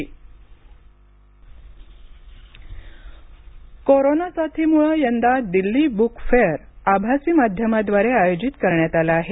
Delhi book fair corona साथीमुळे यंदा Delhi book fair आभासी माध्यमाद्वारे आयोजित करण्यात आलं आहे